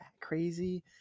crazy